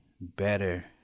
better